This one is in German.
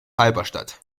halberstadt